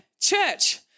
church